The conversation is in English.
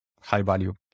high-value